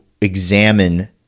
examine